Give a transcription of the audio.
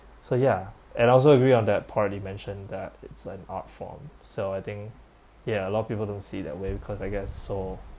so ya and I also agree on that part you mentioned that it's an art form so I think ya a lot of people don't see that way because I guess so